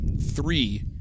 three